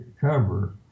cover